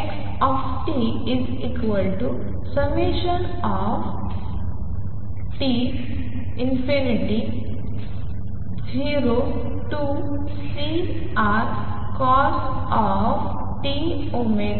xtτ02Ccosτωnt